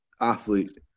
athlete